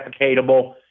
replicatable